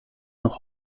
noch